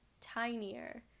tinier